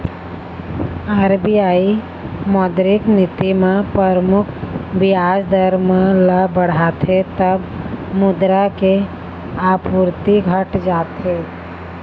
RBI मौद्रिक नीति म परमुख बियाज दर मन ल बढ़ाथे तब मुद्रा के आपूरति घट जाथे